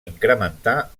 incrementar